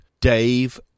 Dave